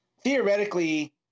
theoretically